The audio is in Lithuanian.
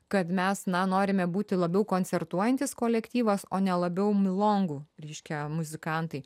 kad mes na norime būti labiau koncertuojantis kolektyvas o ne labiau milongu reiškia muzikantai